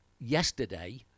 yesterday